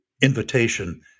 invitation